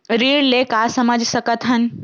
ऋण ले का समझ सकत हन?